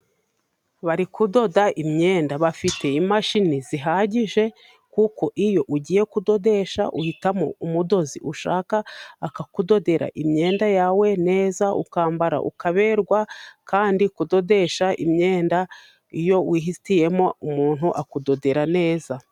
Bari kudoda imyenda bafite imashini zihagije, kuko iyo ugiye kudodesha uhitamo umudozi ushaka, akakudodera imyenda yawe neza ukambara ukaberwa, kandi kudodesha imyenda iyo wihitiyemo umuntu akudodera neza.